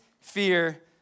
Fear